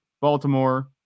Baltimore